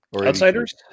outsiders